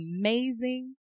amazing